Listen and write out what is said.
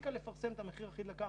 הפסיקה לפרסם את המחיר האחיד לקרקע.